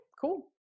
cool